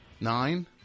Nine